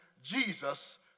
Jesus